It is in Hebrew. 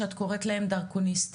שאת קוראת להם דרכוניסטיים.